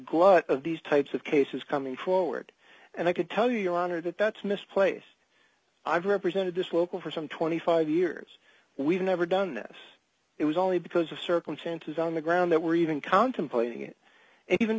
glut of these types of cases coming forward and i could tell your honor that that's misplaced i've represented this local for some twenty five years we've never done this it was only because of circumstances on the ground that were even contemplating it